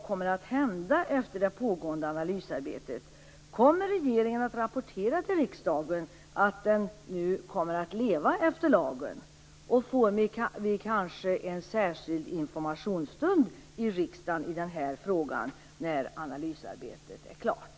Kommer regeringen att rapportera till riksdagen att den nu kommer att leva efter lagen? Får vi kanske en särskild informationsstund i riksdagen i den här frågan när analysarbetet är klart?